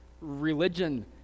religion